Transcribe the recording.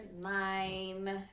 nine